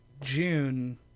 June